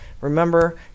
remember